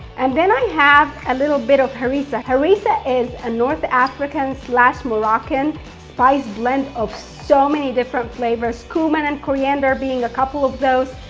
and then i have a little bit of harissa. harissa is a north african so moroccan spice blend of so many different flavors, cumin and coriander being a couple of those.